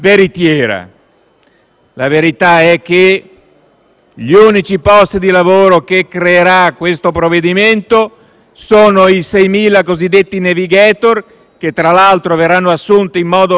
La verità è che gli unici posti di lavoro che verranno creati da questo provvedimento sono quelli dei 6.000 cosiddetti *navigator*, che tra l'altro verranno assunti in modo precario,